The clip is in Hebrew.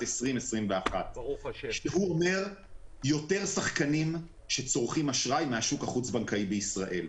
2021. הוא אומר יותר שחקנים שצורכים אשראי מהשוק החוץ בנקאי בישראל.